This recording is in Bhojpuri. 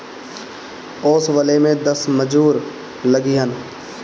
ओसवले में दस मजूर लगिहन